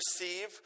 receive